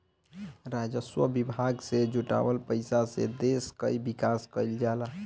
राजस्व विभाग से जुटावल पईसा से देस कअ विकास कईल जाला